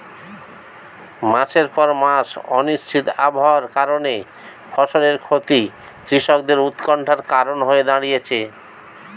মাসের পর মাস অনিশ্চিত আবহাওয়ার কারণে ফসলের ক্ষতি কৃষকদের উৎকন্ঠার কারণ হয়ে দাঁড়িয়েছে